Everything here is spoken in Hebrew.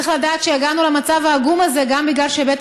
צריך לדעת שהגענו למצב העגום הזה גם בגלל שבית